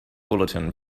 bulletin